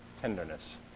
tenderness